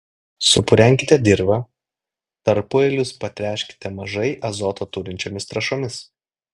supurenkite dirvą tarpueilius patręškite mažai azoto turinčiomis trąšomis